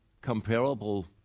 comparable